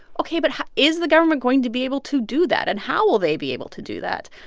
ok, but is the government going to be able to do that? and how will they be able to do that?